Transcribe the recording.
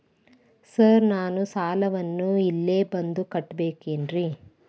Sir ನಾನು ಸಾಲವನ್ನು ಇಲ್ಲೇ ಬಂದು ಕಟ್ಟಬೇಕೇನ್ರಿ?